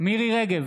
מירי מרים רגב,